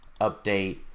update